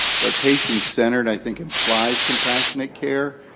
but patient-centered, i think, implies compassionate care.